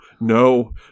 no